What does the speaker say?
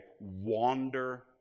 wander